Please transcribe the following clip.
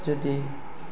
जुदि